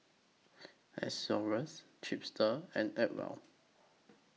Xorex Chipster and Acwell